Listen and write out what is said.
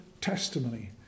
testimony